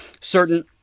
certain